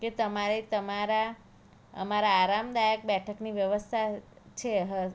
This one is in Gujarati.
કે તમારે તમારા અમારા આરામદાયક બેઠકની વ્યવસ્થા છે